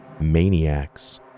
maniacs